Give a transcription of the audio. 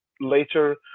later